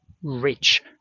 rich